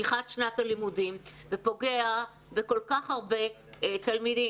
פתיחת שנת הלימודים ופוגעת בכל כך הרבה תלמידים,